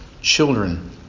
children